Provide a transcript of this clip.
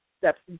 steps